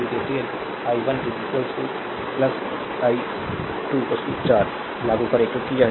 यदि KCL i 1 i2 4 लागू करें क्योंकि